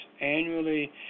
annually